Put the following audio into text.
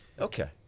Okay